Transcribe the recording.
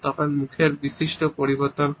তখন মুখের বিশিষ্ট পরিবর্তন হয়